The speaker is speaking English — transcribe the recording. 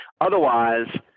Otherwise